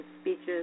speeches